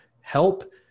help